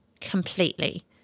Completely